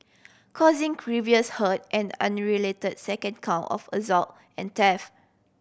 causing grievous hurt an unrelated second count of assault and theft